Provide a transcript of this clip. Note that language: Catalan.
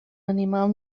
animal